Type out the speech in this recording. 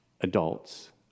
adults